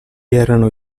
erano